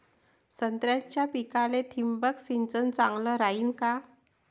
संत्र्याच्या पिकाले थिंबक सिंचन चांगलं रायीन का?